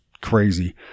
crazy